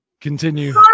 Continue